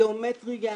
גיאומטריה,